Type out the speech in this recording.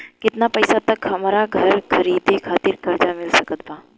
केतना पईसा तक हमरा घर खरीदे खातिर कर्जा मिल सकत बा?